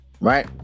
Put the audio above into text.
right